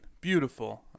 Beautiful